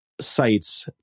sites